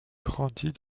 grandit